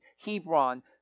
Hebron